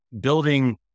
building